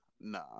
nah